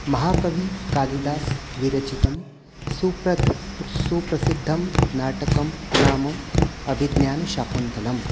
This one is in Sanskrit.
महाकविकालिदासविरचितं सुप्रथ् सुप्रसिद्धं नाटकं नाम अभिज्ञानशाकुन्तलम्